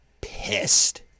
pissed